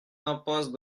impasse